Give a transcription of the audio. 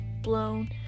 blown